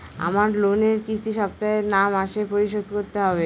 আমার লোনের কিস্তি সপ্তাহে না মাসে পরিশোধ করতে হবে?